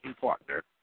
partner